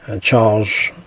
Charles